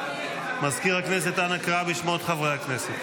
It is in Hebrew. מזכיר הכנסת, אנא קרא בשמות חברי הכנסת.